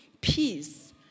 peace